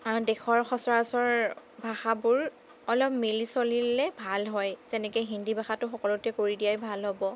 দেশৰ সচৰাচৰ ভাষাবোৰ অলপ মিলি চলিলে ভাল হয় যেনেকৈ হিন্দী ভাষাটো সকলোতে কৰি দিলেই ভাল হ'ব